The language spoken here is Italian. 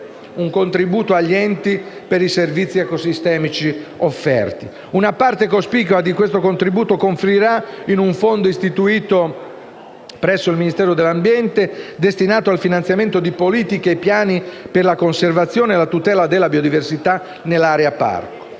un contributo agli enti per i servizi ecosistemici offerti. Una parte cospicua di questo contributo confluirà in un fondo, istituito presso il Ministero dell’ambiente e della tutela del territorio e del mare, destinato al finanziamento di politiche e piani per la conservazione e la tutela della biodiversità nell’area parco.